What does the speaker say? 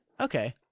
Okay